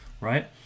right